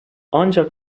ancak